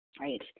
right